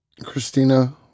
Christina